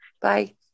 bye